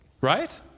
Right